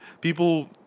People